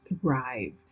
thrive